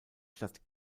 stadt